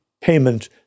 payment